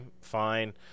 fine